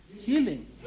healing